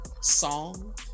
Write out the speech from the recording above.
song